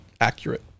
accurate